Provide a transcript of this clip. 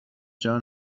جان